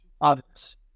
others